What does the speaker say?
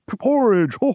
porridge